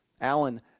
Alan